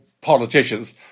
politicians